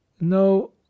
No